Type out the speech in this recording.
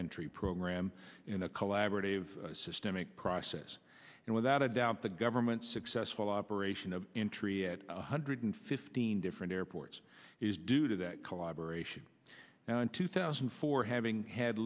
entry program in a collaborative systemic process and without a doubt the government's successful operation of one hundred fifteen different airports is due to that collaboration now in two thousand and four having had